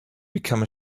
become